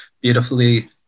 beautifully